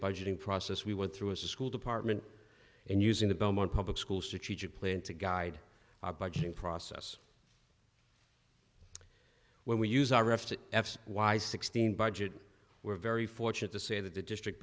budgeting process we went through a school department and using the belmont public schools to teach a plan to guide our budgeting process when we use our f to f y sixteen budget we're very fortunate to say that the district